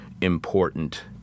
important